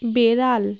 বেড়াল